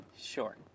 Sure